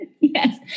Yes